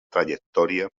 trajectòria